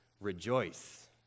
rejoice